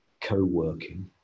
co-working